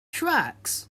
tracks